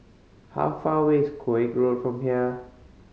how far away is Koek Road from here